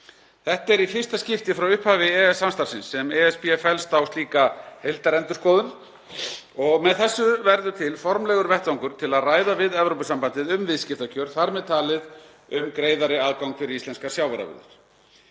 Þetta er í fyrsta skipti frá upphafi EES-samstarfsins sem ESB fellst á slíka heildarendurskoðun. Með þessu verður til formlegur vettvangur til að ræða við Evrópusambandið um viðskiptakjör, þar með talið um greiðari aðgang fyrir íslenskar sjávarafurðir.